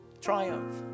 Triumph